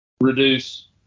reduce